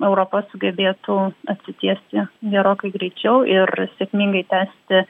europa sugebėtų atsitiesti gerokai greičiau ir sėkmingai tęsti